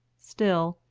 still,